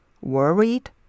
worried